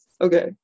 Okay